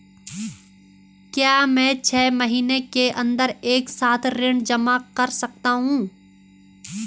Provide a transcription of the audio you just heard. क्या मैं छः महीने के अन्दर एक साथ ऋण जमा कर सकता हूँ?